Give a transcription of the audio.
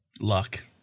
Luck